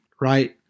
right